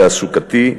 תעסוקתי,